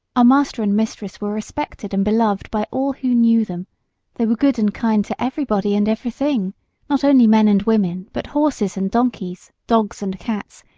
master and mistress were respected and beloved by all who knew them they were good and kind to everybody and everything not only men and women, but horses and donkeys, dogs and cats,